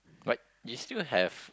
like you still have